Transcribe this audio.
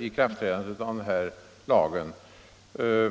ikraftträdandet av den här lagen.